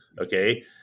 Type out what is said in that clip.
okay